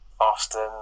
Austin